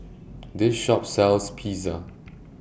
This Shop sells Pizza